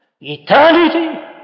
eternity